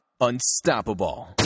unstoppable